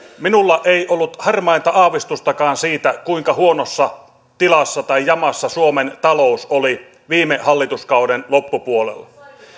minulla ei ollut harmainta aavistustakaan siitä kuinka huonossa tilassa tai jamassa suomen talous oli viime hallituskauden loppupuolella